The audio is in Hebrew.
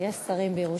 יש שרים בירושלים.